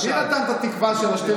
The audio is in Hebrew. מי נתן את התקווה של שתי מדינות?